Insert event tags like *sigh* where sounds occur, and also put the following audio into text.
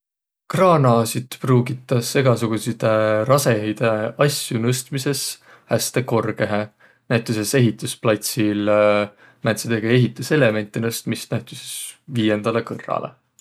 Kraanasit pruugitas egäsugutsidõ rasõhidõ asjo nõstmisõs häste korgõhe. Näütüses ehitüsplatsil *hesitation* määntsidegi ehitüselemente nõstmist näütüses viiendäle kõrralõ.